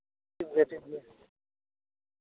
ᱴᱷᱤᱠᱜᱮᱭᱟ ᱴᱷᱤᱠᱜᱮᱭᱟ